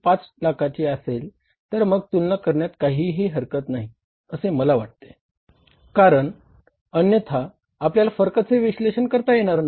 5 लाखाची असेल तर मग तुलना करण्यात काहीही हरकत नाही असे मला वाटते कारण अन्यथा आपल्याला फरकाचे विश्लेषण करता येणार नाही